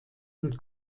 und